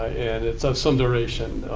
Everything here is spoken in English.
ah and it's some duration.